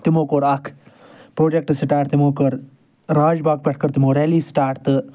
تمو کوٚر اکھ پروجَکٹ سٹارٹ تمو کٔر راج باغ پیٚٹھ کٔر تمو ریلی سٹارٹ تہٕ